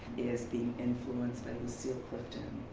is being influenced by lucille clifton.